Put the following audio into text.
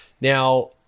Now